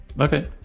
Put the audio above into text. Okay